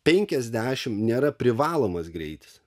penkiasdešimt nėra privalomas greitis